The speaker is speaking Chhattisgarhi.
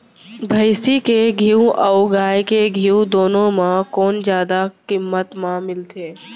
भैंसी के घीव अऊ गाय के घीव दूनो म कोन जादा किम्मत म मिलथे?